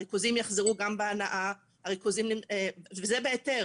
הריכוזים יחזרו גם בהנעה וזה בהיתר,